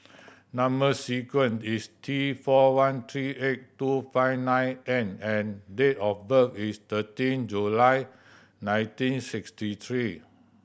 number sequence is T four one three eight two five nine N and date of birth is thirteen July nineteen sixty three